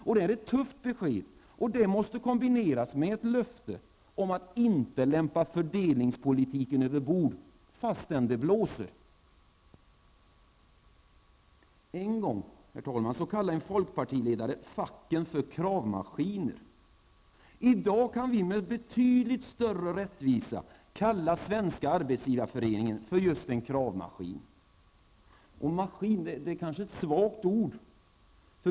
Det här är ett tufft besked, och det måste kombineras med ett löfte om att inte lämpa fördelningspolitiken över bord fastän det blåser. En gång kallade en folkpartiledare facken för kravmaskiner. I dag kan vi med betydligt större rättvisa kalla Svenska arbetsgivareföreningen för just en kravmaskin. Maskin är kanske ett svagt ord.